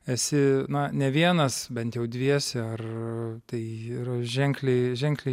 esi na ne vienas bent jau dviese ar tai yra ženkliai ženkliai